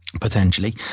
potentially